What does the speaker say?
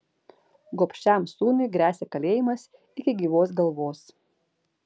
gobšiam sūnui gresia kalėjimas iki gyvos galvos